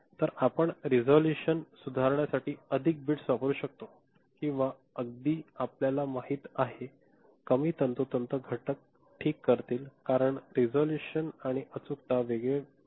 तर आपण रिझोल्यूशन सुधारण्यासाठी अधिक बिट्स वापरू शकतो किंवा अगदी आपल्याला माहिती आहे कमी तंतोतंत घटक ठीक करतील कारण रिझोल्यूशन आणि अचूकता वेगळे भाग आहेत